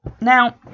now